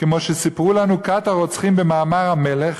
כמו שסיפרו לנו כת הרוצחים במאמר המלך",